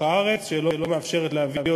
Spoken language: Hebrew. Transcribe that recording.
זה מצב שאסור להשלים